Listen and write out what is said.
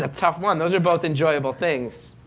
ah tough one, those are both enjoyable things.